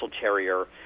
Terrier